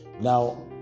Now